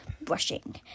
brushing